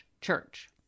church